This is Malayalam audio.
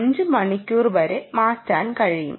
5 മണിക്കൂർ വരെ മാറ്റാൻ കഴിയും